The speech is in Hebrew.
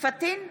פטין מולא,